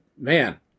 man